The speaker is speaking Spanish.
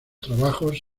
trabajos